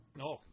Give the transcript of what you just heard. No